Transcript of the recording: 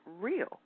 real